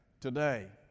today